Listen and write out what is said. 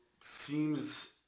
seems